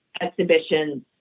exhibitions